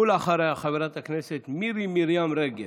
ואחריה, חברת הכנסת מירי מרים רגב.